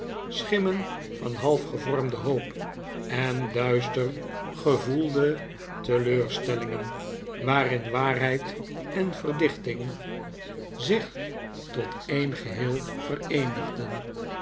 schimmen van half gevormde hoop en duister gevoelde teleurstellingen waarin waarheid en verdichting zich tot een geheel vereenigden